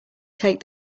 take